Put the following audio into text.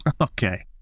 Okay